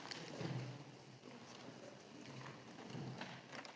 Hvala